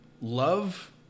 love